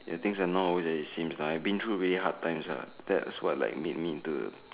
and things are not always like it seems like I've been though really hard times lah that's what like made me into